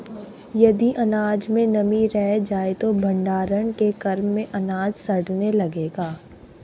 यदि अनाज में नमी रह जाए तो भण्डारण के क्रम में अनाज सड़ने लगेगा